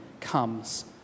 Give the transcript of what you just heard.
comes